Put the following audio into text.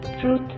truth